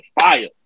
fire